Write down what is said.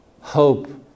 hope